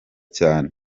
cyane